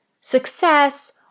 success